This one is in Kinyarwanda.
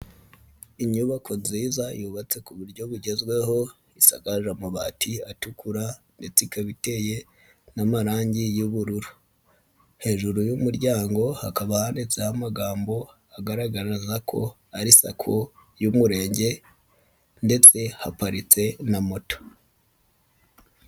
Inyubako nziza yubatse ku buryo bugezweho isakaje amabati atukura ndetse ikaba iteye n'amarangi y'ubururu, hejuru y'umuryango hakaba handitseho amagambo agaragaza ko ari Sacco y'Umurenge ndetse haparitse na moto.